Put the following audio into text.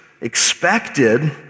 expected